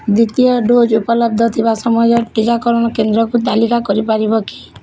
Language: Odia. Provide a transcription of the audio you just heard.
ଦ୍ୱିତୀୟ ଡୋଜ୍ ଉପଲବ୍ଧ ଥିବା ସମସ୍ତ ଟିକାକରଣ କେନ୍ଦ୍ରର ତାଲିକା କରିପାରିବ କି